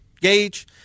gauge